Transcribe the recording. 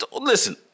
Listen